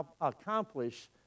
accomplish